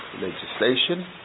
legislation